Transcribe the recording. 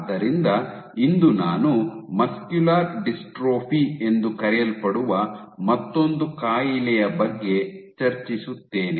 ಆದ್ದರಿಂದ ಇಂದು ನಾನು ಮಸ್ಕ್ಯುಲರ್ ಡಿಸ್ಟ್ರೋಫಿ ಎಂದು ಕರೆಯಲ್ಪಡುವ ಮತ್ತೊಂದು ಕಾಯಿಲೆಯ ಬಗ್ಗೆ ಚರ್ಚಿಸುತ್ತೇನೆ